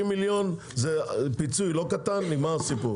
זה נקבע, 30 מיליון זה פיצוי לא קטן, נגמר הסיפור.